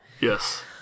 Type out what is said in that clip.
Yes